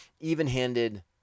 even-handed